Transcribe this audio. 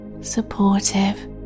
supportive